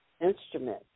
instrument